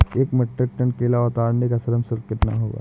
एक metric ton केला उतारने का श्रम शुल्क कितना होगा?